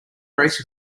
race